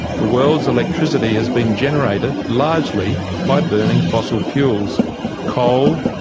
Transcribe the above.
the world's electricity has been generated largely by burning fossil fuels coal,